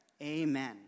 Amen